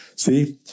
See